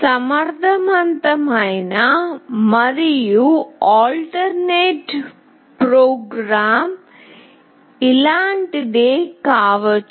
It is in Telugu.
సమర్థవంతమైన మరియు ప్రత్యామ్నాయ ప్రోగ్రామ్ ఇలాంటిదే కావచ్చు